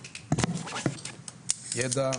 בידע,